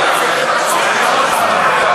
אני לא צריך לדאוג לתיאומים שלכם בקואליציה,